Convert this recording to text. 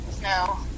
No